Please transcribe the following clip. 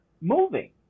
moving